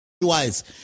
Wise